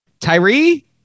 Tyree